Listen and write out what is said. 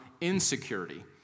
insecurity